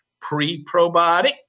pre-probiotic